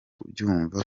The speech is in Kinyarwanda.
kubyumva